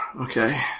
Okay